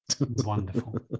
wonderful